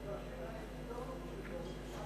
הודעה למזכירת הכנסת.